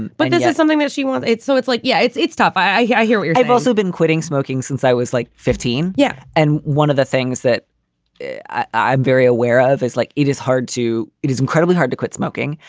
and but this is something that she wants. it's so it's like, yeah, it's it's tough. i hear i hear you have also been quitting smoking since i was like fifteen. yeah. and and one of the things that i'm very aware of is like it is hard to. it is incredibly hard to quit smoking.